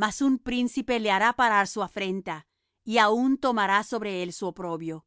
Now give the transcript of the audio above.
mas un príncipe le hará parar su afrenta y aun tornará sobre él su oprobio